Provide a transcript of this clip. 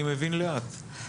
אני מבין לאט.